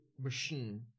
Machine